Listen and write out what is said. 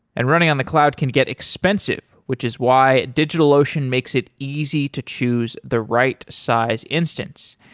and running on the cloud can get expensive, which is why digitalocean makes it easy to choose the right size instance,